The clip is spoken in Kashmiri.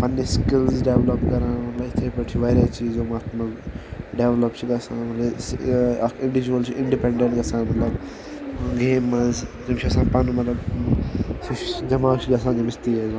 پنٕنہِ سِکِلز ڈیٚولَپ کَران مطلب یِتھَے پٲٹھۍ چھِ واریاہ چیٖز یِم اَتھ منٛز ڈیٚولَپ چھِ گژھان مطلب یہِ اَکھ اِنڑیٖجوَل چھِ اِنڑپیٚنٛڈیٚنٛٹ گژھان مطلب گیمہِ منٛز تٔمۍ چھِ آسان پَنُن مطلب سُہ چھُ دٮ۪ماغ چھُ گژھان تٔمِس تیز